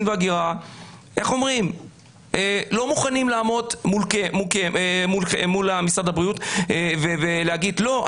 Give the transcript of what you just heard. וההגירה לא מוכנים לעמוד מול משרד הבריאות ולהגיד לא,